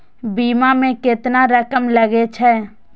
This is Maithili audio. बीमा में केतना रकम लगे छै?